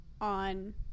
on